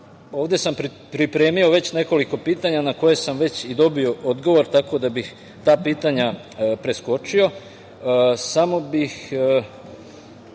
Ovde sam pripremio već nekoliko pitanja na koje sam već i dobio odgovor, tako da bih ta pitanja preskočio.